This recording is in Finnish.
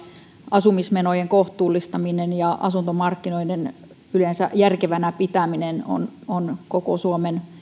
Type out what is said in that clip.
asumismenojen kohtuullistaminen ja asuntomarkkinoiden yleensä järkevänä pitäminen on on koko suomen